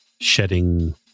shedding